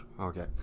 okay